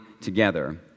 together